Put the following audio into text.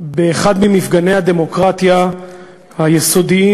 באחד ממפגני הדמוקרטיה היסודיים,